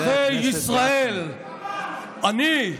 אזרחי ישראל, אני,